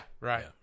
right